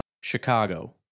Chicago